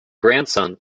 grandson